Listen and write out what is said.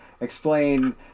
Explain